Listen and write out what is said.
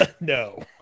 No